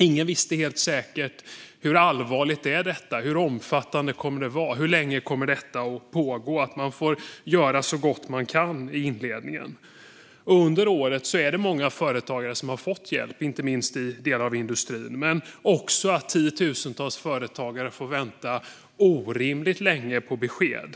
Ingen visst helt säkert hur allvarligt detta var, hur omfattande det skulle bli och hur länge det skulle pågå. Man fick göra så gott man kunde i inledningen. Under året har många företagare fått hjälp, inte minst i delar av industrin, men tiotusentals företagare har också fått vänta orimligt länge på besked.